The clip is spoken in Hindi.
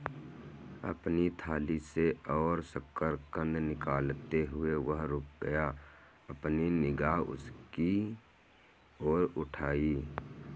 अपनी थाली से और शकरकंद निकालते हुए, वह रुक गया, अपनी निगाह उसकी ओर उठाई